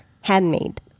handmade